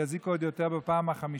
ויזיקו עוד יותר בפעם החמישית.